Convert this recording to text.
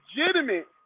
Legitimate